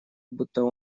будто